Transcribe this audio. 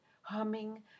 humming